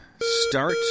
start